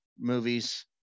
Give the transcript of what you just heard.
movies